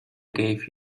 gave